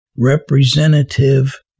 Representative